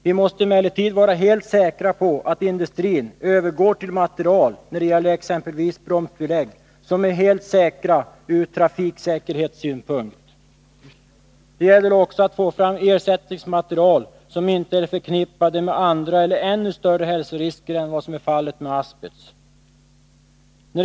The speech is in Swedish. Vi måste emellertid vara helt säkra på att industrin övergår till material, exempelvis när det gäller bromsbelägg, som är helt säkra ur trafiksäkerhetssynpunkt. Det gäller också att få fram ersättningsmaterial som inte är förknippade med andra eller ännu större hälsorisker än som är fallet med asbest.